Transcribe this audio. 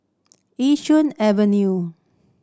Yishun Avenue